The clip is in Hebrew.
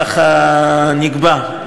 כך נקבע,